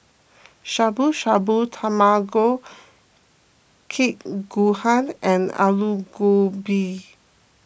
Shabu Shabu Tamag Kake Gohan and Alu Gobi